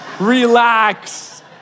Relax